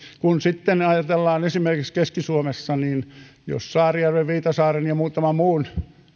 kun sitten ajatellaan esimerkiksi keski suomea niin jos saarijärven viitasaaren ja niiden muutaman muun